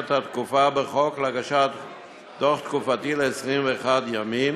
את התקופה בחוק להגשת דוח תקופתי ל-21 ימים